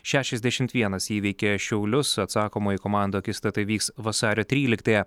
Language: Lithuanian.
šešiasdešimt vienas įveikė šiaulius atsakomoji komandų akistata vyks vasario tryliktąją